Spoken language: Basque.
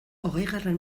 hogeigarren